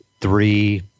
three